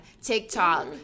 TikTok